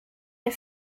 der